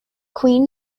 queen